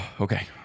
Okay